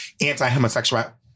anti-homosexual